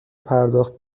پرداخت